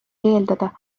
eeldada